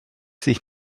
sich